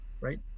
right